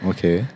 Okay